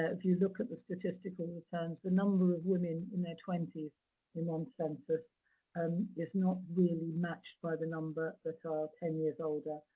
if you look at the statistical returns, the number of women in their twenty s in one census um is not really matched by the number that are ten years older,